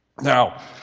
Now